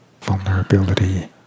vulnerability